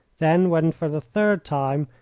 then, when for the third time,